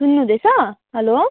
सुन्नु हुँदैछ हेलो